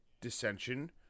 dissension